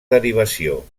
derivació